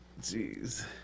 Jeez